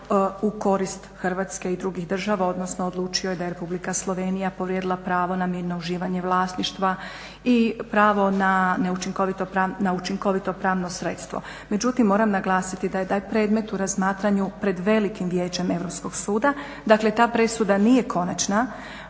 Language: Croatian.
u korist Hrvatske i drugih država, odnosno odlučio je da je Republika Slovenija povrijedila prava na mirno uživanje vlasništva i pravo na neučinkovito pravno sredstvo. Međutim, moram naglasiti da je taj predmet u razmatranju pred velikim vijećem Europskog suda, dakle ta presuda nije konačna.